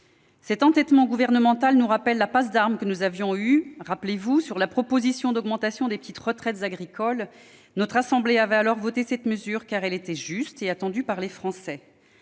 Cet entêtement gouvernemental nous rappelle la passe d'armes que nous avions eue sur la proposition d'augmentation des petites retraites agricoles. Notre assemblée avait alors voté cette mesure, car elle était juste et attendue par les Français.